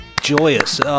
Joyous